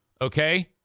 Okay